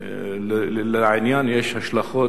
לעניין יש השלכות,